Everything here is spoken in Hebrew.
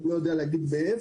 אני לא יודע להגיד מאיפה,